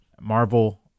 Marvel